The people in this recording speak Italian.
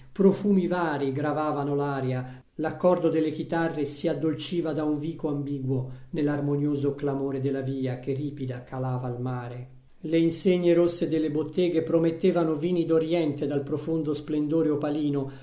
profumi varii gravavano l'aria l'accordo delle chitarre si addolciva da un vico ambiguo nell'armonioso clamore della via che ripida calava al mare le insegne rosse delle botteghe promettevano vini d'oriente dal profondo splendore opalino